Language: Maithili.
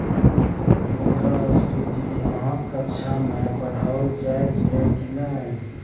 मुद्रास्फीति अहाँक कक्षामे पढ़ाओल जाइत यै की नै?